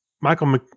Michael